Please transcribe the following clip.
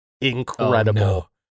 incredible